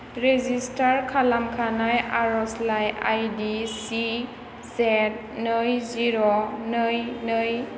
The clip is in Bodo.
रेजिस्टार खालामखानाय आर'जलाइ आइ डि सि जेद नै जिर' नै नै